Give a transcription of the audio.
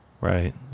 right